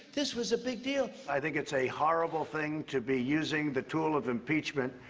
this was a big deal. i think it's a horrible thing to be using the tool of impeachment,